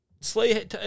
Slay